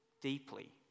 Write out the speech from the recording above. deeply